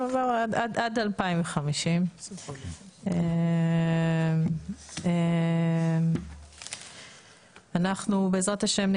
עד 2050. בעזרת השם,